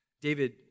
David